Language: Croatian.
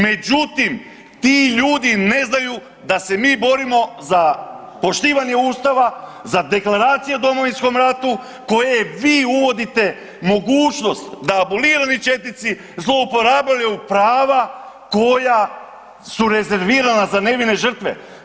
Međutim, ti ljudi ne znaju da se mi borimo za poštivanje Ustave, za deklaracije o Domovinskom ratu koje vi uvodite mogućnost da abolirani četnici zlouporabljuju prava koja su rezervirana za nevine žrtve.